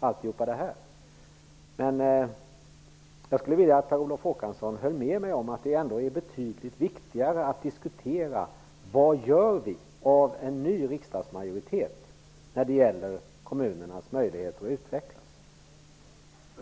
osv. Men jag skulle vilja att Per Olof Håkansson höll med mig om att det är betydligt viktigare att diskutera vad vi gör av en ny riksdagsmajoritet när det gäller kommunernas möjligheter att utvecklas.